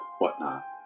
whatnot